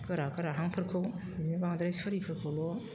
गोरा गोराहांफोरखौ बेदिनो बांद्राय सुरिफोरखौल'